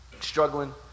struggling